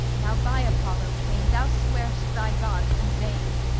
now by apollo, king, thou swear'st thy gods in vain.